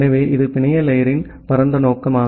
எனவே இது பிணைய லேயரின் பரந்த நோக்கம்